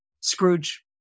Scrooge